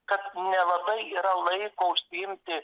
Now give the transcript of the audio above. kad nelabai yra laiko užsiimti